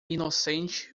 inocente